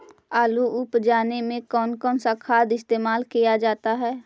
आलू उप जाने में कौन कौन सा खाद इस्तेमाल क्या जाता है?